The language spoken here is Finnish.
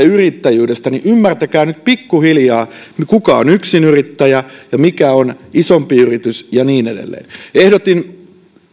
yrittäjyydestä niin ymmärtäkää nyt pikkuhiljaa kuka on yksinyrittäjä ja mikä on isompi yritys ja niin edelleen ehdotin